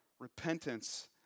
Repentance